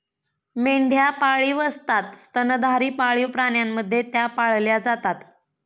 मेंढ्या पाळीव असतात स्तनधारी पाळीव प्राण्यांप्रमाणे त्या पाळल्या जातात